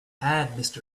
add